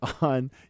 on